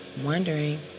wondering